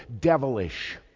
devilish